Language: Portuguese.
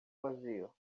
vazio